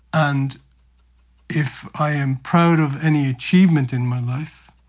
and if i am proud of any achievement in my life,